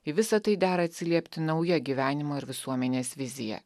į visa tai dera atsiliepti nauja gyvenimo ir visuomenės vizija